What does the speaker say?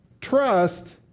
trust